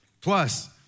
Plus